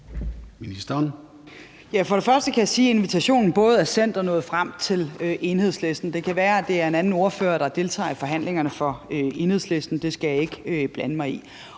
For det første kan jeg sige, at invitationen både er sendt og nået frem til Enhedslisten. Det kan være, at det er en anden ordfører, der deltager i forhandlingerne for Enhedslisten – det skal jeg ikke blande mig i.